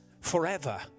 forever